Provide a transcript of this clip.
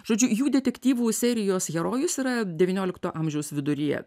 žodžiu jų detektyvų serijos herojus yra devyniolikto amžiaus viduryje